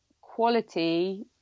quality